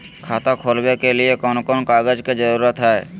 खाता खोलवे के लिए कौन कौन कागज के जरूरत है?